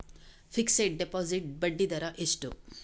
Fixed deposit ಬಡ್ಡಿ ದರ ಎಷ್ಟು?